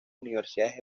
universidades